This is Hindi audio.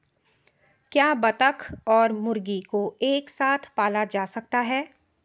क्या बत्तख और मुर्गी को एक साथ पाला जा सकता है?